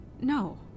No